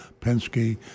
Penske